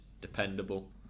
dependable